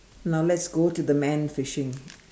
now let's go to the man fishing